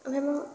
ओमफ्राय मा